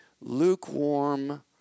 lukewarm